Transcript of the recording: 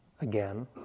again